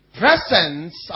presence